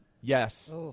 Yes